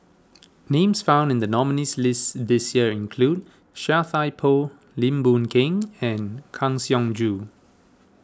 names found in the nominees' list this year include Chia Thye Poh Lim Boon Keng and Kang Siong Joo